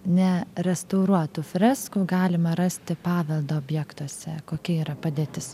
ne restauruotų freskų galime rasti paveldo objektuose kokia yra padėtis